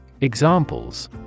Examples